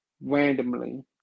randomly